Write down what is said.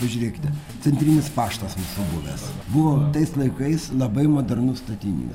pažiūrėkite centrinis paštas mūsų buvęs buvo tais laikais labai modernus statinys